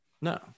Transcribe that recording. No